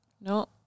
No